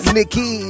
Nikki